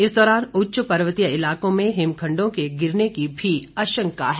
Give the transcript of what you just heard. इस दौरान उच्च पर्वतीय इलाकों में हिमखंडों के गिरने की भी आशंका है